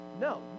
No